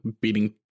beating